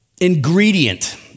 ingredient